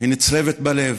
נצרבת בלב.